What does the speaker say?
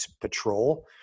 patrol